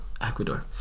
Ecuador